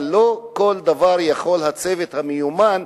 אבל לא כל דבר יכול לעשות הצוות המיומן,